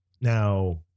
now